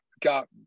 got